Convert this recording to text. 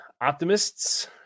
Optimists